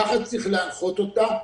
ככה צריך להנחות אותה,